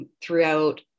throughout